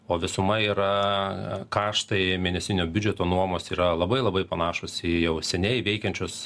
o visuma yra kaštai mėnesinio biudžeto nuomos yra labai labai panašūs į jau seniai veikiančius